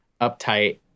uptight